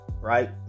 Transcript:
right